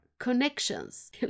connections